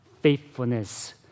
faithfulness